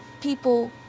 people